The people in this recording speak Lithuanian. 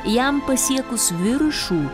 jam pasiekus viršų